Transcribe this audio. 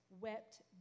wept